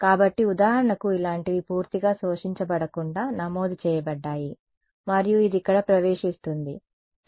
కాబట్టి ఉదాహరణకు ఇలాంటివి పూర్తిగా శోషించబడకుండా నమోదు చేయబడ్డాయి మరియు అది ఇక్కడ ప్రవేశిస్తుంది సరే